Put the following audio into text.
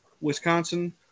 Wisconsin